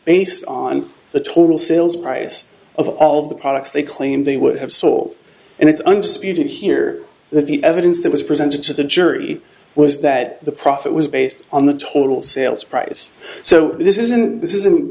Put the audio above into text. based on the total sales price of all the products they claim they would have sold and it's undisputed here that the evidence that was presented to the jury was that the profit was based on the total sales price so this isn't this isn't